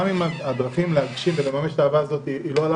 גם אם הדרכים להגשים ולממש את האהבה הזאת לא עולות